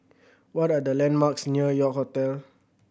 what are the landmarks near York Hotel